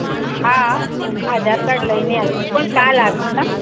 હા આધાર કાર્ડ લઈને આવીશ પણ કાલ આવીશ હા